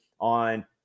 on